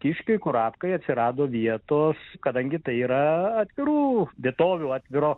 kiškiui kurapkai atsirado vietos kadangi tai yra atvirų vietovių atviro